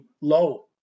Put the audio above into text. low